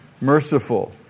merciful